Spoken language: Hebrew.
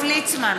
ליצמן,